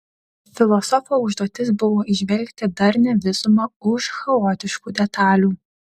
filosofo užduotis buvo įžvelgti darnią visumą už chaotiškų detalių